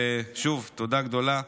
ושוב תודה גדולה.